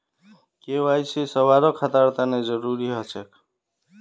KYC सभारो खातार तने जरुरी ह छेक